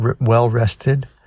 well-rested